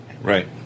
Right